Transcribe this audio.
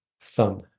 thumb